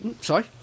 Sorry